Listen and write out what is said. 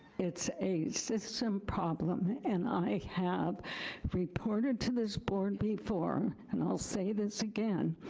it's a system problem and i have reported to this board before and i'll say this again,